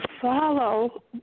follow